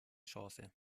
chance